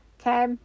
Okay